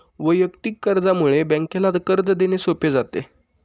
वैयक्तिक कर्जामुळे बँकेला कर्ज देणे सोपे जाते